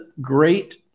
great